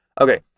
Okay